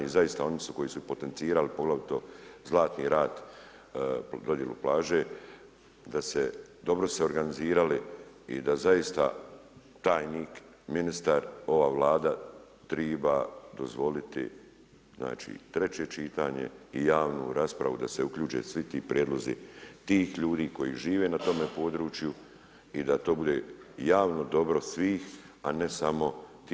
I zaista oni koji su potencirali poglavito Zlatni rat dodjelu plaže, da se dobro se organizirali i da zaista tajnik, ministar, ova Vlada triba dozvoliti treće čitanje i javnu raspravu da se uključe svi ti prijedlozi tih ljudi koji žive na tome području i da to bude javno dobro svih, a ne samo tih mešetara.